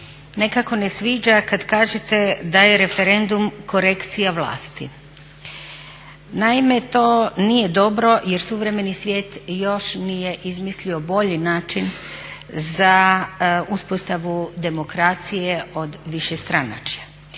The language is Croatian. nekako ne sviđa kad kažete da je referendum korekcija vlasti. Naime, to nije dobro jer suvremeni svijet još nije izmislio bolji način za uspostavu demokracije od višestranačja.